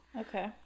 okay